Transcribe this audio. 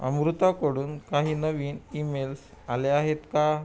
अमृताकडून काही नवीन इमेल्स आल्या आहेत का